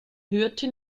hörte